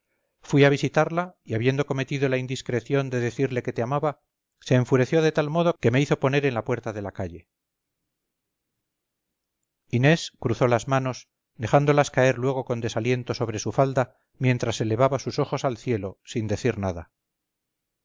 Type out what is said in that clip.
fui a visitarla y habiendo cometido la indiscreción de decirle que teamaba se enfureció de tal modo que me hizo poner en la puerta de la calle inés cruzó las manos dejándolas caer luego con desaliento sobre su falda mientras elevaba sus ojos al cielo sin decir nada